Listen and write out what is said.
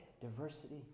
Diversity